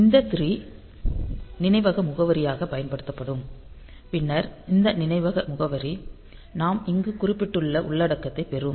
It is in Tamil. இந்த 3 நினைவக முகவரியாகப் பயன்படுத்தப்படும் பின்னர் இந்த நினைவக முகவரி நாம் இங்கு குறிப்பிட்டுள்ள உள்ளடக்கத்தைப் பெறும்